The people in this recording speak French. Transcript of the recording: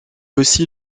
aussi